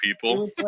people